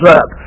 up